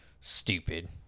stupid